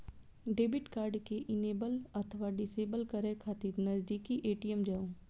debit card कें enable अथवा disable करै खातिर नजदीकी ए.टी.एम जाउ